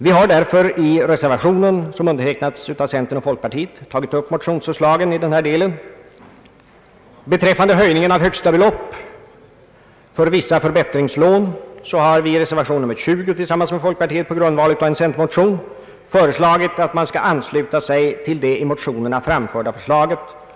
Vi har därför i reservationen som undertecknats av centern och folkpartiet tagit upp motionsförslaget i denna del. Beträffande höjningen av högsta belopp för vissa förbättringslån har vi i reservation nr 20 tillsammans med folkpartiet på grundval av en centermotion förordat att man skall ansluta sig till det i motionerna framlagda förslaget.